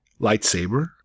lightsaber